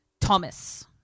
Thomas